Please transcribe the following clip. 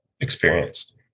experienced